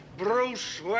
Bruce